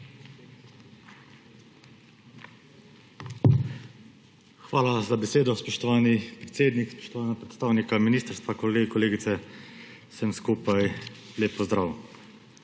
Hvala za besedo, spoštovani predsednik. Spoštovana predstavnika ministrstva, kolegi in kolegice, vsem skupaj lep pozdrav!